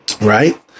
Right